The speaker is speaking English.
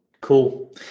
Cool